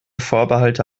vorbehalte